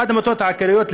אחת המטרות העיקריות,